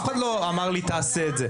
אף אחד לא אמר לי לעשות את זה.